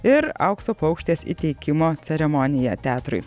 ir aukso paukštės įteikimo ceremonija teatrui